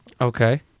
Okay